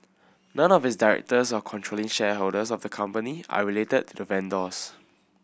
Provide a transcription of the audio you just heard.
none of its directors or controlling shareholders of the company are related to the vendors